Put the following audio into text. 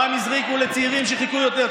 פעם הזריקו לצעירים שחיכו יותר.